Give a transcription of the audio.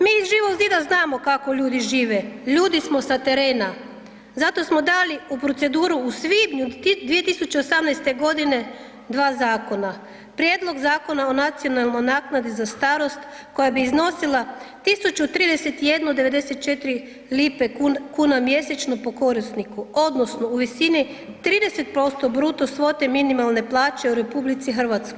Mi iz Živog zida znamo kako ljudi žive, ljudi smo sa terena, zato smo dali u proceduru u svibnju 2018. g. dva zakona, Prijedlog Zakona o nacionalnoj naknadi za starost koja bi iznosila 1031,94 kn mjesečno po korisniku odnosno u visini 30% bruto svote minimalne plaće u RH.